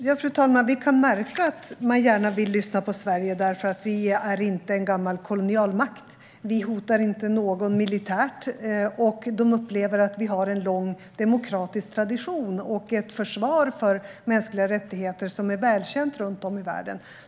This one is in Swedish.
Fru talman! Vi märker att man gärna lyssnar på Sverige därför att Sverige inte är en gammal kolonialmakt. Sverige hotar inte någon militärt. Man upplever att vi har en lång demokratisk tradition och ett försvar för mänskliga rättigheter som är välkända runt om i världen.